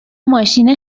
ماشین